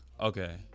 okay